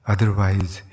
Otherwise